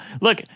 Look